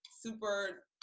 super